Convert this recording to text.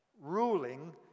Ruling